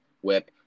whip